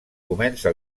comença